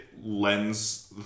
lends